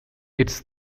its